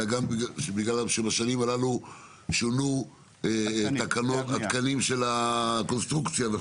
אלא גם בגלל שבשנים הללו שונו התקנים של הקונסטרוקציה?